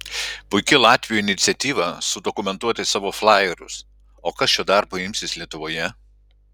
puiki latvių iniciatyva sudokumentuoti savo flajerius o kas šio darbo imsis lietuvoje